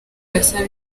patient